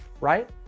right